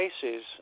cases